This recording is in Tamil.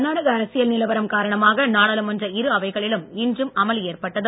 கர்நாடக அரசியல் நிலவரம் காரணமாக நாடாளுமன்ற இரு அவைகளிலும் இன்றும் அமளி ஏற்பட்டது